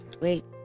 Wait